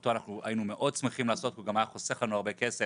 שאותו היינו מאוד שמחים לעשות והוא גם היה חוסך לנו הרבה כסף,